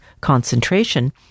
concentration